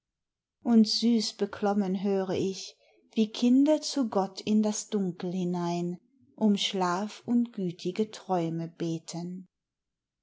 und süß beklommen höre ich wie kinder zu gott in das dunkel hinein um schlaf und gütige träume beten